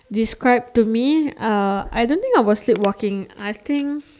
describe to me uh I don't think I was sleepwalking I think